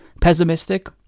pessimistic